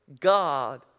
God